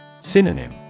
Synonym